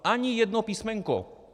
Ani jedno písmenko!